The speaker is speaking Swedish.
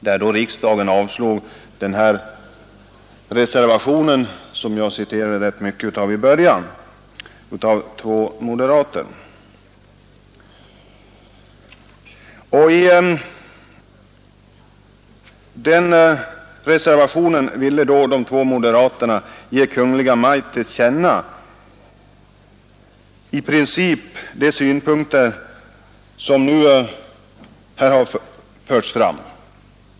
Då förelåg också den reservation av två moderater som jag citerade rätt mycket ur i början av mitt anförande. De båda reservanterna ville att riksdagen skulle ge Kungl. Maj:t till känna i princip de synpunkter som också nu har förts fram.